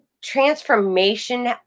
transformation